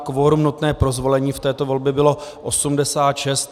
Kvorum nutné pro zvolení v této volbě bylo 86.